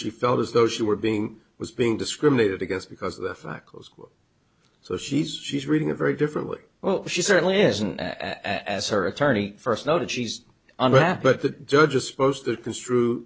she felt as though she were being was being discriminated against because the fact was so she's she's reading a very different way well she certainly isn't as her attorney first noted she's unhappy but the judge is supposed to construe